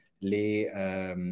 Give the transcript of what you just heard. les